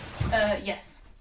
Yes